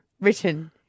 written